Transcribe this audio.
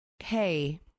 hey